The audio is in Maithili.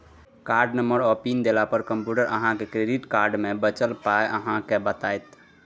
कार्डनंबर आ पिन देला पर कंप्यूटर अहाँक क्रेडिट कार्ड मे बचल पाइ अहाँ केँ बताएत